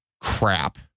crap